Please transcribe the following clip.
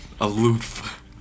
aloof